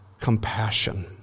compassion